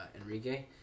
Enrique